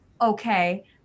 okay